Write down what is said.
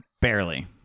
barely